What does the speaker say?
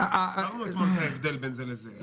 הזכרנו אתמול את ההבדל בין זה לזה.